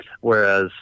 Whereas